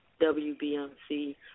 WBMC